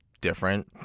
different